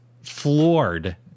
floored